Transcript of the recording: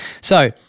So-